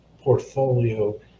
portfolio